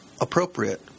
appropriate